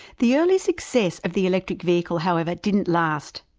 the early success of the electric vehicle however, didn't last.